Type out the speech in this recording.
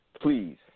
please